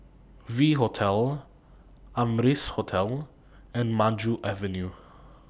V Hotel Amrise Hotel and Maju Avenue